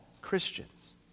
Christians